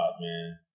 man